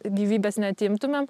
gyvybės neatimtumėm